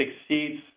exceeds